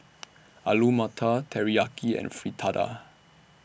Alu Matar Teriyaki and Fritada